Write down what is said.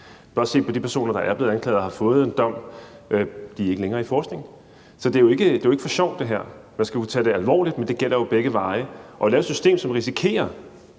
blot på de personer, der er blevet anklaget og har fået en dom. De er ikke længere inden for forskningen. Så det her er jo ikke for sjov. Man skal jo tage det alvorligt, men det gælder jo begge veje. At lave et system, hvor man risikerer